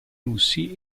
russi